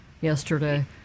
yesterday